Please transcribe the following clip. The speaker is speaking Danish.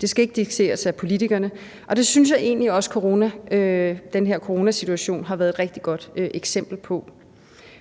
Det skal ikke dikteres af politikerne, og det synes jeg egentlig også den her coronasituation har været et rigtig godt eksempel på.